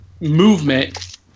movement